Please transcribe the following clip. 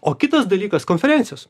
o kitas dalykas konferencijos